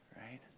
Right